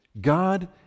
God